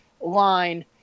line